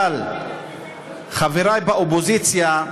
חברי באופוזיציה: